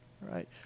right